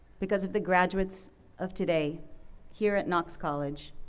because of the graduates of today here at knox college.